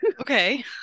Okay